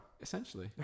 Essentially